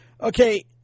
okay